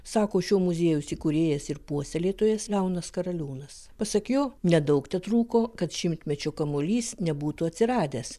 sako šio muziejaus įkūrėjas ir puoselėtojas leonas karaliūnas pasak jo nedaug tetrūko kad šimtmečio kamuolys nebūtų atsiradęs